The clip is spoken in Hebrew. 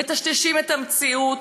מטשטשים את המציאות,